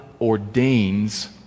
ordains